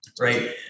right